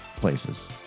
places